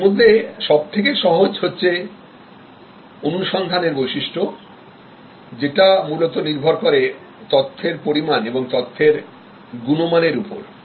এর মধ্যে সবথেকে সহজ হচ্ছে অনুসন্ধান এর বৈশিষ্ট্য যেটা মূলত নির্ভর করে তথ্যের পরিমাণ এবং তথ্যের গুণমানের উপর